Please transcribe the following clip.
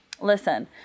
listen